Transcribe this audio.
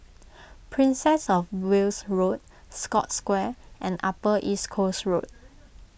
Princess of Wales Road Scotts Square and Upper East Coast Road